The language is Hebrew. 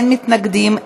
אין מתנגדים,